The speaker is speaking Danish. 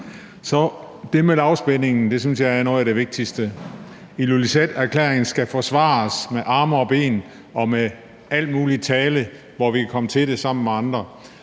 Det med lavspændingen synes jeg er noget af det vigtigste. Ilulissaterklæringen skal forsvares med arme og ben og med al mulig tale, hvor vi kan komme til det sammen med andre.